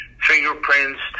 fingerprints